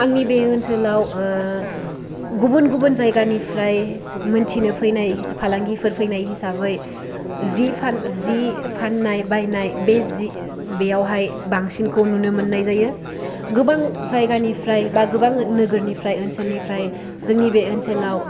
आंनि बे ओनसोलाव गुबुन गुबुन जायगानिफ्राय मोनथिनो फैनाय फालांगिफोर फैनाय हिसाबै जि फाननाय बायनाय बेवहाय बांसिनखौ नुनो मोननाय जायो गोबां जायगानिफ्राय बा गोबां नोगोरनिफ्राय ओनसोलनिफ्राय जोंनि बे ओनसोलाव